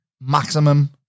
maximum